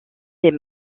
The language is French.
des